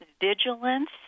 vigilance